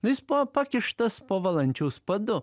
nu jis buvo pakištas po valančiaus padu